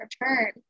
return